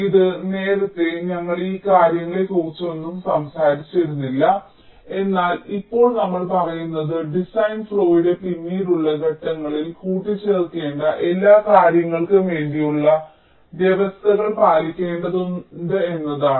ഇത് നേരത്തെ ഞങ്ങൾ ഈ കാര്യങ്ങളെക്കുറിച്ചൊന്നും സംസാരിച്ചിരുന്നില്ല എന്നാൽ ഇപ്പോൾ നമ്മൾ പറയുന്നത് ഡിസൈൻ ഫ്ലോയുടെ പിന്നീടുള്ള ഘട്ടങ്ങളിൽ കൂട്ടിച്ചേർക്കേണ്ട എല്ലാ കാര്യങ്ങൾക്കും വേണ്ടിയുള്ള വ്യവസ്ഥകൾ പാലിക്കേണ്ടതുണ്ട് എന്നാണ്